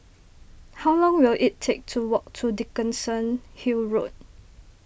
how long will it take to walk to Dickenson Hill Road